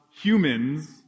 humans